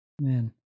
man